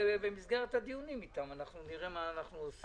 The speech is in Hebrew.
במסגרת הדיונים איתם, אנחנו נראה מה אנחנו עושים.